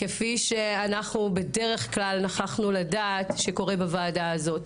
כפי שאנחנו בדרך כלל נוכחנו לדעת שקורה בוועדה הזאת.